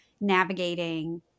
navigating